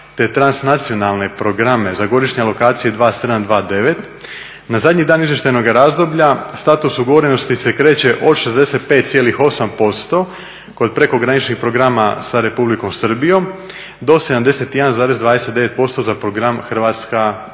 te transnacionalne programe za godišnje lokacije 2007. – 2009., na zadnji dan izvještajnog razdoblja status ugovorenosti se kreće od 65,8% kod prekograničnih programa sa Republikom Srbijom do 71,29% za program Hrvatska-BiH.